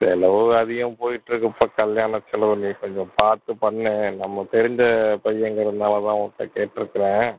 செலவு அதிகம் போய்கிட்ருக்குப்பா கல்யாணச் செலவு நீ கொஞ்சம் பார்த்துப் பண்ணு நம்ம தெரிஞ்ச பையங்கிறதனாலதான் உன்கிட்ட கேட்ருக்கிறேன்